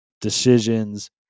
decisions